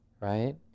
right